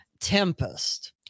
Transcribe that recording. Tempest